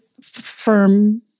firm